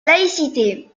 laïcité